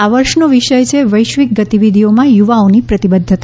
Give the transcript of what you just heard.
આ વર્ષનો વિષય છે વૈશ્વિક ગતિવિધિઓમાં યુવાઓની પ્રતિબદ્ધતા